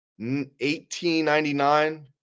1899